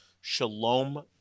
Shalom